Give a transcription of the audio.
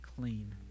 clean